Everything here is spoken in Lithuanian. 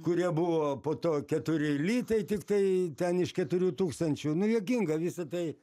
kurie buvo po to keturi litai tiktai ten iš keturių tūkstančių nu juokinga visa tai